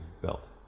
built